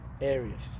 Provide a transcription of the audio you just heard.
areas